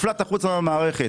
נפלט החוצה מהמערכת.